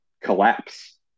collapse